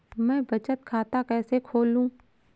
मैं बचत खाता कैसे खोलूँ?